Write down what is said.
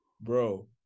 Bro